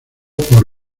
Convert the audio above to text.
por